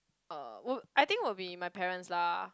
uh will I think will be my parents lah